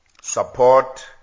Support